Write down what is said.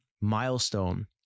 milestone